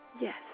Yes